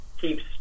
keeps